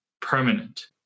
Permanent